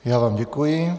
Já vám děkuji.